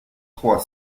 trois